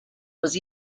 was